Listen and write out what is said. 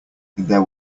there